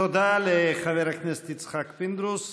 תודה לחבר הכנסת יצחק פינדרוס.